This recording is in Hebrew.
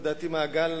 לדעתי זה מעגל,